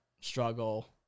struggle